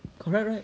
correct right